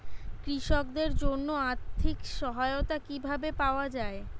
কৃষকদের জন্য আর্থিক সহায়তা কিভাবে পাওয়া য়ায়?